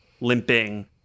limping